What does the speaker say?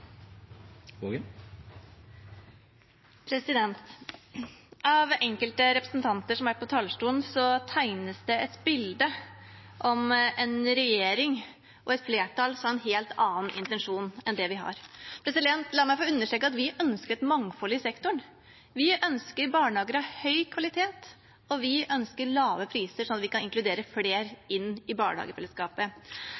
investorene. Av enkelte representanter som har vært på talerstolen, har det blitt tegnet det et bilde av en regjering og et flertall som har en helt annen intensjon enn det vi har. La meg få understreke at vi ønsker et mangfold i sektoren. Vi ønsker barnehager av høy kvalitet, og vi ønsker lave priser, sånn at vi kan inkludere